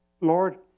Lord